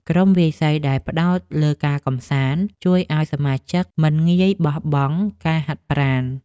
ក្រុមវាយសីដែលផ្ដោតលើការកម្សាន្ត ជួយឱ្យសមាជិកមិនងាយបោះបង់ការហាត់ប្រាណ។